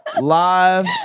live